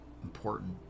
Important